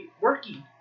working